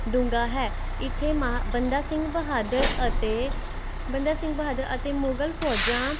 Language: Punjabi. ਡੂੰਗਾ ਹੈ ਇੱਥੇ ਮਹਾ ਬੰਦਾ ਸਿੰਘ ਬਹਾਦਰ ਅਤੇ ਬੰਦਾ ਸਿੰਘ ਬਹਾਦਰ ਅਤੇ ਮੁਗਲ ਫੌਜਾਂ